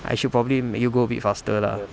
I should probably make you go a bit faster lah